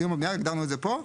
הגדרנו את זה פה,